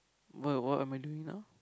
what what am I doing now